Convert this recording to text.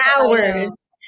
hours